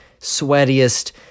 sweatiest